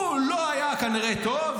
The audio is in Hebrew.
הוא לא היה כנראה טוב,